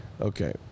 Okay